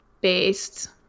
based